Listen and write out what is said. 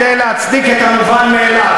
כדוגמת חוק הלאום כדי להצדיק את המובן מאליו.